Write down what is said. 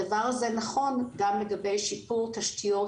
הדבר הזה נכון גם לגבי שיפור תשתיות